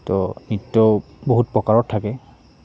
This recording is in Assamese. তো নৃত্য বহুত প্ৰকাৰত থাকে